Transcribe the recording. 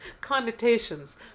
connotations